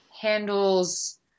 handles